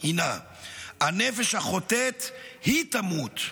הנפש החֹטאת היא תמות".